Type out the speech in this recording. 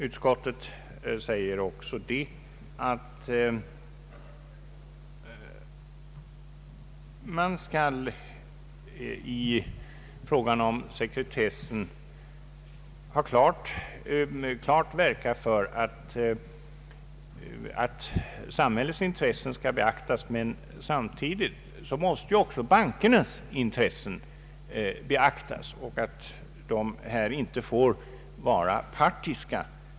Utskottet säger också att man i fråga om sekretessen skall klart verka för att samhällets intressen skall beaktas men att samtidigt också bankernas intressen måste beaktas och att styrelse ledamöterna inte får vara partiska.